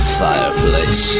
fireplace